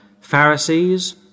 Pharisees